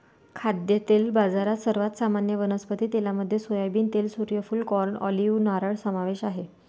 खाद्यतेल बाजारात, सर्वात सामान्य वनस्पती तेलांमध्ये सोयाबीन तेल, सूर्यफूल, कॉर्न, ऑलिव्ह, नारळ समावेश आहे